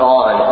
on